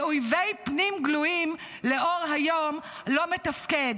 אביב: "מאויבי פנים גלויים לאור היום, לא מתפקד".